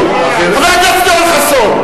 חבר הכנסת יואל חסון.